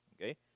okay